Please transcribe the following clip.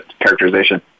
characterization